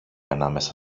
ανάμεσα